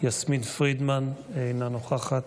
יסמין פרידמן, אינה נוכחת,